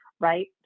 Right